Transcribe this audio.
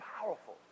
powerful